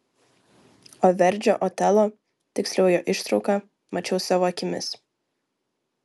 o verdžio otelo tiksliau jo ištrauką mačiau savo akimis